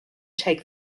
take